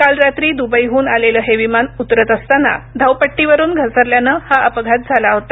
काल रात्री दुबईहून आलेलं हे विमान उतरत असताना धावपट्टीवरून घसरल्यानं हा अपघात झाला होता